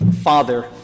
father